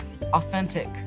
authentic